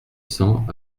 cents